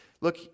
look